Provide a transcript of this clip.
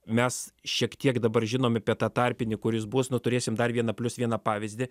mes šiek tiek dabar žinom apie tą tarpinį kuris bus nu turėsim dar vieną plius vieną pavyzdį